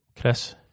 Chris